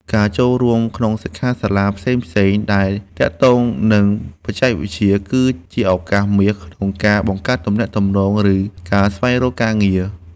ការចូលរួមក្នុងសិក្ខាសាលាផ្សេងៗដែលទាក់ទងនឹងបច្ចេកវិទ្យាគឺជាឱកាសមាសក្នុងការបង្កើតទំនាក់ទំនង ឬ ស្វែងរកការងារ។